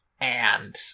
And-